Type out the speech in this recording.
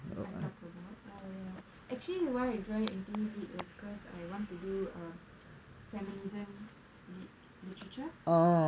I talked about uh ya actually why I joined N_T_U literature was because I want to do feminism literature literature